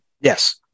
yes